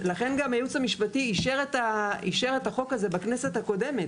לכן גם הייעוץ המשפטי אישר את החוק הזה בכנסת הקודמת.